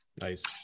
Nice